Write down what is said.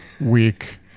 Weak